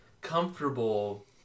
comfortable